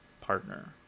partner